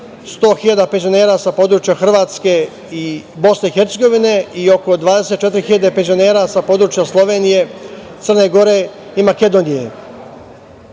100.000 penzionera sa područja Hrvatske i BiH i oko 24.000 penzionera sa područja Slovenije, Crne Gore i Makedonije.U